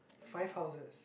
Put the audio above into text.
five houses